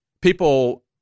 People